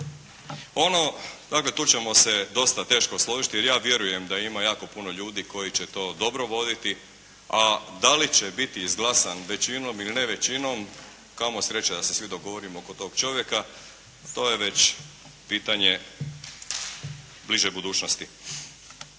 Ono dakle, tu ćemo se dosta teško složiti jer ja vjerujem da ima jako puno ljudi koji će to dobro voditi, a da li će biti izglasan većinom ili ne većinom. Kamo sreće da se svi dogovorimo oko tog čovjeka. To je već pitanje bliže budućnosti.